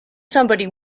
somebody